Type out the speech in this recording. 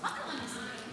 מה אתה כועס?